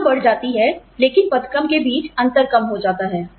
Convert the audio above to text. सीमा बढ़ जाती है लेकिन पद क्रम के बीच का अंतर कम हो जाता है